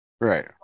right